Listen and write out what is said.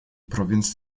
provinz